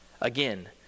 Again